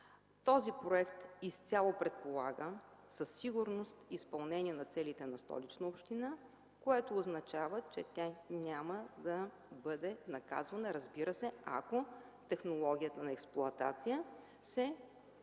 Този проект изцяло предполага със сигурност изпълнение на целите на Столична община, което означава, че тя няма да бъде наказвана, разбира се, ако технологията на експлоатация се изпълнява.